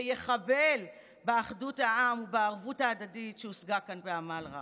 ויחבל באחדות העם ובערבות ההדדית שהושגה כאן בעמל רב.